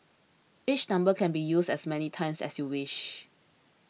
each number can be used as many times as you wish